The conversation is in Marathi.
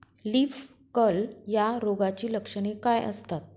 लीफ कर्ल या रोगाची लक्षणे काय असतात?